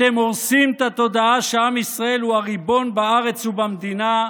אתם הורסים את התודעה שעם ישראל הוא הריבון בארץ ובמדינה,